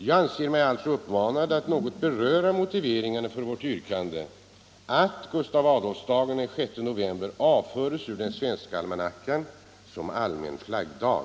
Jag känner mig därför manad att något beröra motiveringen till vårt yrkande att Gustav Adolfsdagen den 6 november avförs ur den svenska almanackan som allmän flaggdag.